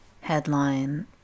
headline